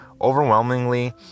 overwhelmingly